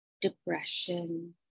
depression